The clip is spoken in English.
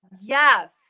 Yes